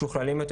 משוכללים יותר,